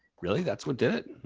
really? that's what did it?